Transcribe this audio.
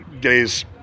days